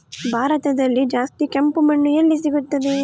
ಭಾರತದಲ್ಲಿ ಜಾಸ್ತಿ ಕೆಂಪು ಮಣ್ಣು ಎಲ್ಲಿ ಸಿಗುತ್ತದೆ?